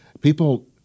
People